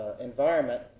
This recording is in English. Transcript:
environment